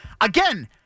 Again